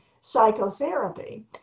psychotherapy